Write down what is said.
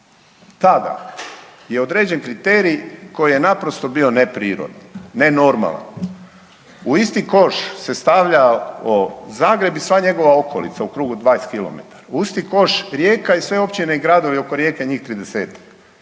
Tada je određen kriterij koji je naprosto bio neprirodan, nenormalan. U isti koš se stavljao Zagreb i sva njega okolica u krugu od 20 km. U isti koš Rijeka i sve općine i gradovi oko Rijeke, njih 30-ak